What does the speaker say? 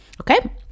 Okay